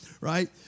right